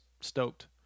stoked